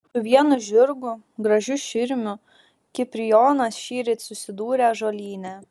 su vienu žirgu gražiu širmiu kiprijonas šįryt susidūrė ąžuolyne